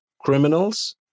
criminals